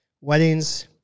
weddings